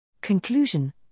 Conclusion